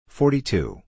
forty-two